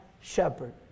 shepherd